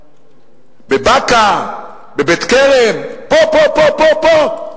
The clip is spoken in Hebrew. בבקעה, בבית-הכרם, פה, פה, פה.